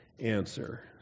answer